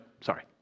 sorry